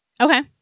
Okay